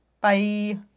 Bye